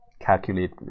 Calculate